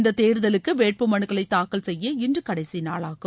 இந்த தேர்தலுக்கு வேட்புமலுக்களை தாக்கல் செய்ய இன்று கடைசி நாளாகும்